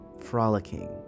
frolicking